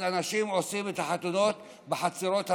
אז אנשים עושים את החתונות בחצרות הבתים,